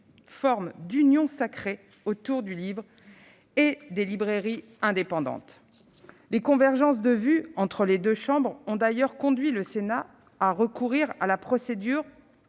forme d'union sacrée autour du livre et des librairies indépendantes. Les convergences de vues entre les deux chambres ont d'ailleurs conduit le Sénat à recourir à la procédure